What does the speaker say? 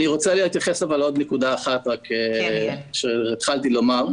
אני רוצה להתייחס לעוד נקודה אחת שהתחלתי לדבר עליה,